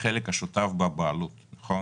כמו